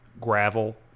gravel